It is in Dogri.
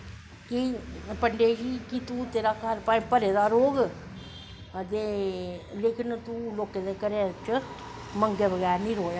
कि तूं तेरा घर भामें भरे दा रौह्ग लेकिन तूं लोकें दे घरें च मंगै बगैर नी रवेआं